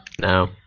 No